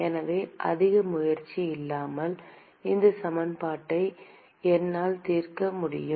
எனவே அதிக முயற்சி இல்லாமல் இந்த சமன்பாட்டை என்னால் தீர்க்க முடியும்